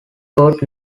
court